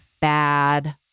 bad